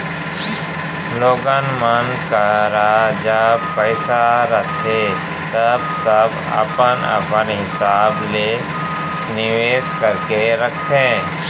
लोगन मन करा जब पइसा रहिथे तव सब अपन अपन हिसाब ले निवेस करके रखथे